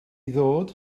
ddod